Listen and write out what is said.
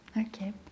okay